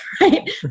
right